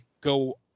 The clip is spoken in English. go